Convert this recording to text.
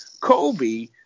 Kobe –